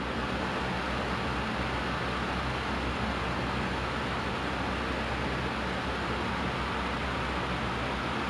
two K jobs like only earn like two K plus or like one K plus if you cut it even more it's like can barely survive seh